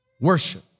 Worship